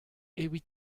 evit